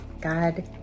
God